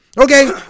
Okay